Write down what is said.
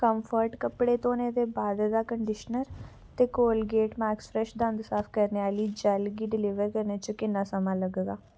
comfort कपड़े धोने दे बा'द दा कंडीशनर ते कोलगेट मैक्स फ्रैश दंद साफ करने आह्ली जैल्ल गी डलीवर करने च किन्ना समां लग्गगा